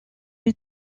les